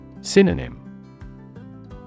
Synonym